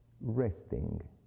resting